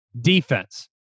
defense